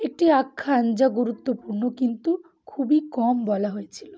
একটি আখ্যান যা গুরুত্বপূর্ণ কিন্তু খুবই কম বলা হয়েছিলো